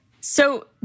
So-